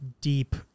deep